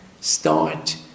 start